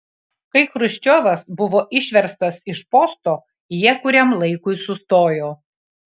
kai chruščiovas buvo išverstas iš posto jie kuriam laikui sustojo